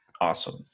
awesome